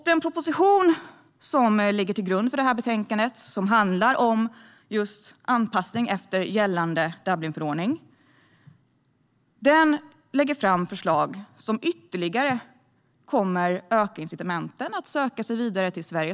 Den proposition som ligger till grund för betänkandet, som handlar om just anpassning efter den gällande Dublinförordningen, lägger fram förslag som ytterligare kommer att öka incitamenten att söka sig vidare till Sverige.